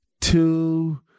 two